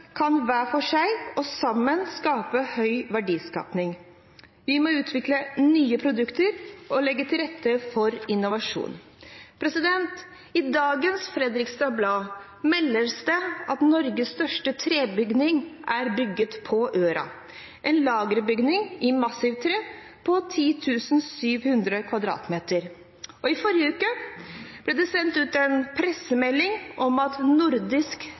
hver for seg og sammen kan skape høy verdiskaping. Vi må utvikle nye produkter og legge til rette for innovasjon. I dagens Fredrikstad Blad meldes det at Norges største trebygning er bygget på Øra – en lagerbygning i massivt tre på 10 700 m2. I forrige uke ble det sendt ut en pressemelding om at Nordisk